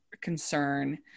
concern